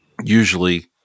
usually